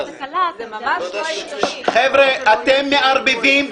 לא יודע --- חבר'ה, אתם מערבבים.